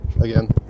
again